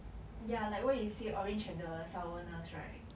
ya like what you say orange have the sourness right